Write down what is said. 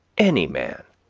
any man,